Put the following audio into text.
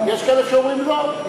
יש כאלה שאומרים: לא,